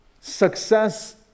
Success